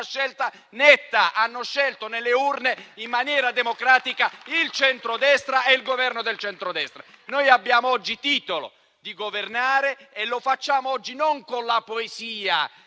scelta netta: hanno scelto nelle urne, in maniera democratica, il centrodestra e il Governo del centrodestra. Abbiamo oggi titolo a governare e lo facciamo non con la poesia